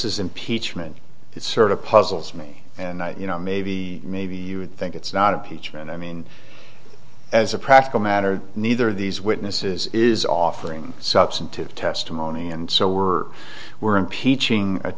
is impeachment that sort of puzzles me and you know maybe the maybe you would think it's not a peach and i mean as a practical matter neither of these witnesses is offering substantive testimony and so we're we're impeaching